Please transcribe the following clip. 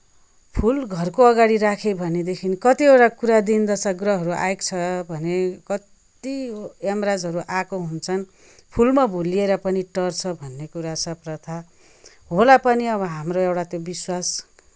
फुल घरको अघाडि राख्यो भने कतिवटा कुरा दिन दशा ग्रहहरू आएको छ भने कति यमराजहरू आएको हुन्छन् फुलमा भुल्लिएर पनि टर्छ भन्ने कुरा छ प्रथा होला पनि अब हाम्रो एउटा त्यो विश्वास